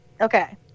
Okay